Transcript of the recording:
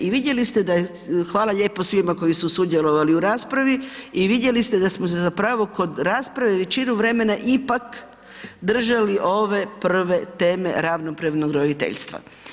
I vidjeli ste da je, hvala lijepo svima koji su sudjelovali u raspravi, i vidjeli ste da smo se zapravo kod rasprave većinu vremena ipak držali ove prve teme, ravnopravnog roditeljstva.